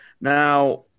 Now